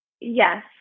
yes